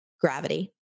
gravity